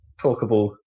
talkable